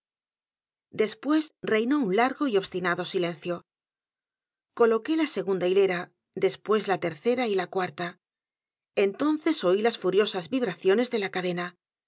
reinó un largo yobstinado silencio coloquéla segunda hilera despuésla t e r c e r a y la cuarta entonces oí las furiosas vibraciones de la cadena